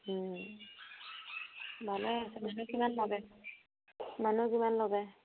ভালে হৈছে মানুহ কিমান লগাইছে মানুহ কিমান লগায়